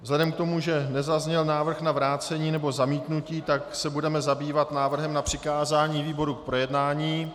Vzhledem k tomu, že nezazněl návrh na vrácení nebo zamítnutí, tak se budeme zabývat návrhem na přikázání výboru k projednání.